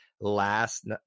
last